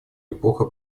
эпоха